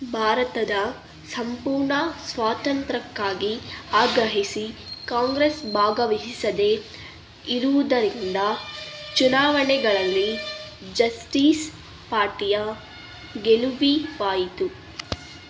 ಭಾರತದ ಸಂಪೂರ್ಣ ಸ್ವಾತಂತ್ರ್ಯಕ್ಕಾಗಿ ಆಗ್ರಹಿಸಿ ಕಾಂಗ್ರೆಸ್ ಭಾಗವಹಿಸದೇ ಇರುವುದರಿಂದ ಚುನಾವಣೆಗಳಲ್ಲಿ ಜಸ್ಟೀಸ್ ಪಾರ್ಟಿಯ ಗೆಲುವಾಯಿತು